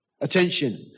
Attention